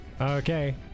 Okay